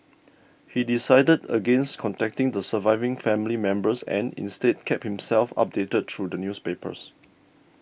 he decided against contacting the surviving family members and instead kept himself updated through the newspapers